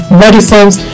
medicines